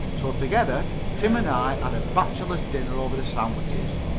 so together tim and i had a bachelor's dinner over the sandwiches,